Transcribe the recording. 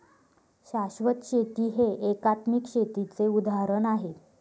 शाश्वत शेती हे एकात्मिक शेतीचे उदाहरण आहे